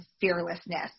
fearlessness